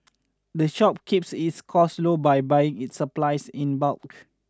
the shop keeps its costs low by buying its supplies in bulk